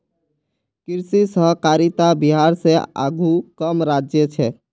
कृषि सहकारितात बिहार स आघु कम राज्य छेक